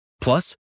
Plus